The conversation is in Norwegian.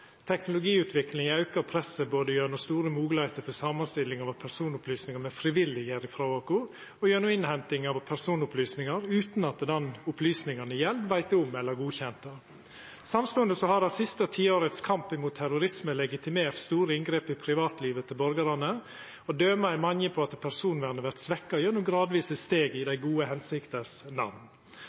aukar presset både gjennom store moglegheiter for samanstilling av personopplysningar me frivillig gjev frå oss, og gjennom innhenting av personopplysningar utan at den som opplysningane gjeld, veit om eller har godkjent det. Samstundes har det siste tiårets kamp mot terrorisme legitimert store inngrep i privatlivet til borgarane, og døma er mange på at personvernet vert svekt gjennom gradvise steg i dei gode hensikters namn.